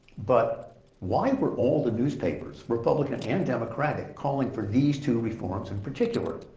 but why were all the newspapers, republican and democratic, calling for these two reforms in particular?